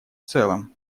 целом